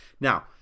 Now